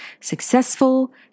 Successful